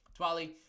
Twali